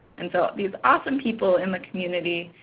and so these awesome people in the community.